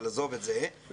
עזוב את זה,